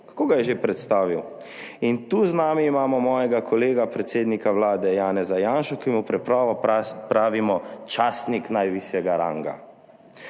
Kako ga je že predstavil? »In tu z nami imamo mojega kolega predsednika vlade Janeza Janšo, ki mu preprosto pravimo častnik najvišjega ranga.«